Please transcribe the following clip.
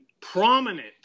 prominent